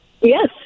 Yes